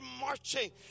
marching